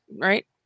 right